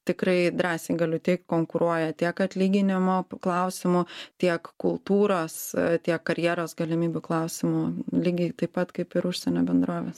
tikrai drąsiai galiu teigt konkuruoja tiek atlyginimo klausimu tiek kultūros tiek karjeros galimybių klausimu lygiai taip pat kaip ir užsienio bendrovės